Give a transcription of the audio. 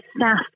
staff